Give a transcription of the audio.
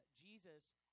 Jesus